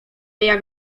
jak